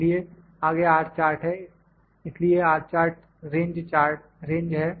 इसलिए आगे R chart है इसलिए R चार्ट रेंज है